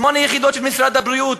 שמונה יחידות של משרד הבריאות,